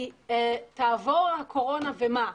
כי תעבור הקורונה ומה?